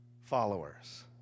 followers